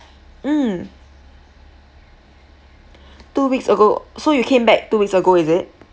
mm two weeks ago so you came back two weeks ago is it